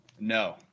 No